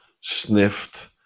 sniffed